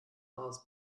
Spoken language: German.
maus